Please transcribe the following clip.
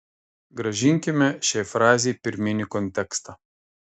grąžinkime šiai frazei pirminį kontekstą